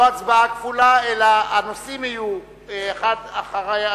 לא ההצבעה תהיה כפולה אלא הנושאים יהיו אחד אחרי השני,